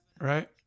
right